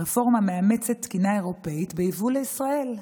הרפורמה מאמצת תקינה אירופית ביבוא לישראל.